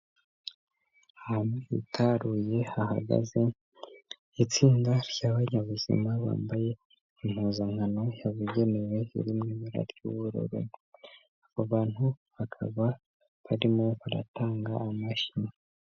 Ahantu hitaruye hahagaze itsinda ryabanyabuzima bambaye impuzankano yabugenewe iri mu ibara ry'ubururu, abo bantu bakaba barimo baratanga amashyi.